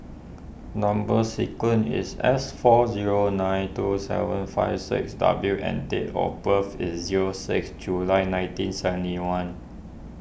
Number Sequence is S four zero nine two seven five six W and date of birth is zero six July nineteen seventy one